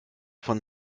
von